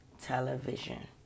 television